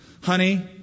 Honey